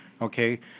okay